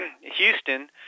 Houston